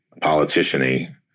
politician-y